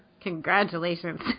Congratulations